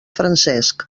francesc